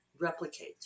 replicate